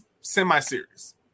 semi-serious